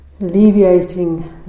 alleviating